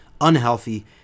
unhealthy